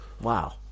Wow